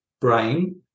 brain